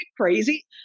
crazy